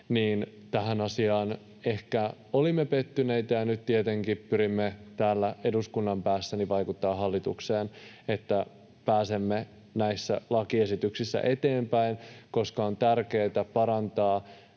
Tähän asiaan ehkä olimme pettyneitä, ja nyt tietenkin pyrimme täällä eduskunnan päässä vaikuttamaan hallitukseen, että pääsemme näissä lakiesityksissä eteenpäin, koska on tärkeätä parantaa